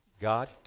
God